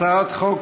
הצעת חוק